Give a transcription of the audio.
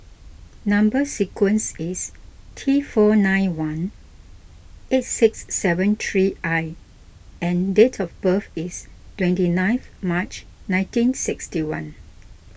Number Sequence is T four nine one eight six seven three I and date of birth is twenty ninth March nineteen sixty one